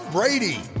Brady